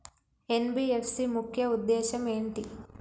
NBFC ముఖ్య ఉద్దేశం ఏంటి?